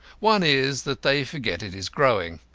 one is, that they forget it is growing.